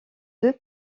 deux